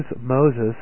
moses